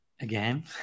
again